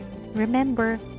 Remember